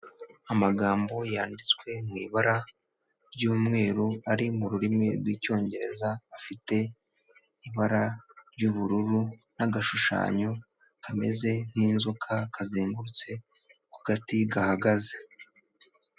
Amagambo yanditswe mu ibara ry'umweru, ari mu rurimi rw'icyongereza, afite ibara ry'ubururu n'agashushanyo kameze nk'inzoka, kazengurutse ku gati gahagaze.